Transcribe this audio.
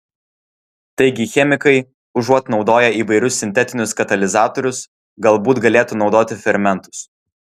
taigi chemikai užuot naudoję įvairius sintetinius katalizatorius galbūt galėtų naudoti fermentus